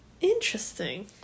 Interesting